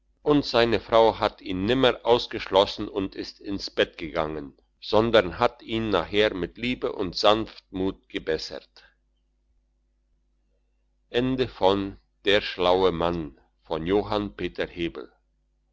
und seine frau hat ihn nimmer ausgeschlossen und ist ins bett gegangen sondern hat ihn nachher mit liebe und sanftmut gebessert